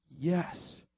Yes